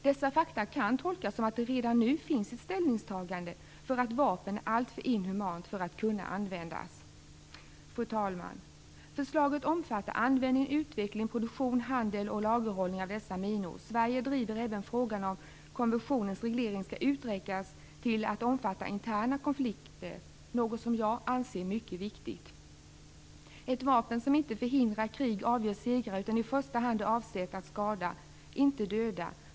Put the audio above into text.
Dessa fakta kan tolkas som att det redan nu finns ett ställningstagande för att vapnet är alltför inhumant för att kunna användas. Fru talman! Förslaget omfattar användning, utveckling, produktion, handel och lagerhållning av dessa minor. Sverige driver även frågan om att konventionens regleringar skall utsträckas till att omfatta interna konflikter. Något som jag anser mycket viktigt. Detta är ett vapen som inte förhindrar krig, avgör segrare, utan i första hand är avsett att skada, inte att döda.